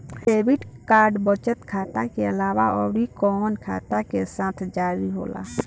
Debit card बचत खाता के अलावा अउरकवन खाता के साथ जारी होला?